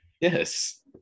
Yes